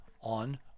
on